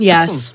Yes